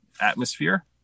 atmosphere